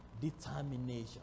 Determination